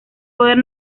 poder